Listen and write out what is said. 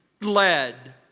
led